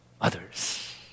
others